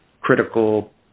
critical